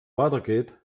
weitergeht